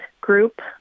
group